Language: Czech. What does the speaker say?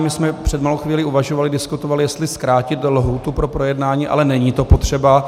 My jsme před malou chvíli uvažovali a diskutovali, jestli zkrátit lhůtu pro projednání, ale není to potřeba.